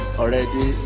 already